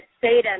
Satan